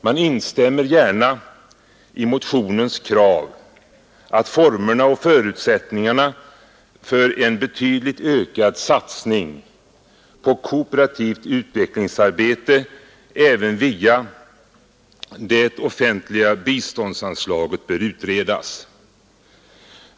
Man instämmer gärna i motionens krav att formerna och förutsättningarna för en betydligt ökad satsning på kooperativt utvecklingsarbete även via det offentliga biståndsanslaget bör utredas.